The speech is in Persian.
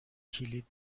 کلید